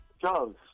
Charles